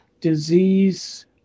disease